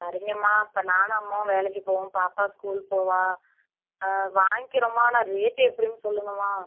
சரிங்கமா இப்போ நானும் அம்மாவும் வேலைக்கு போவோம் பாப்பா ஸ்கூல் போவாள் வாங்கிக்கிறோமா ஆனால் ரேட் எப்படினு சொல்லுங்கம்மா